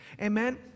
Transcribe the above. amen